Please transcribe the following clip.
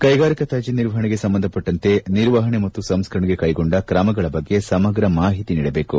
ಕೈಗಾರಿಕಾ ತ್ವಾಜ್ಯ ನಿರ್ವಹಣೆಗೆ ಸಂಬಂಧಪಟ್ಟಂತೆ ನಿರ್ವಹಣೆ ಮತ್ತು ಸಂಸ್ಕರಣೆಗೆ ಕೈಗೊಂಡ್ ಕ್ರಮಗಳ ಬಗ್ಗೆ ಸಮಗ್ರ ಮಾಹಿತಿ ನೀಡಬೇಕು